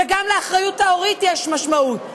וגם לאחריות ההורית יש משמעות.